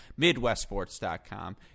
MidwestSports.com